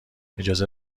اجازه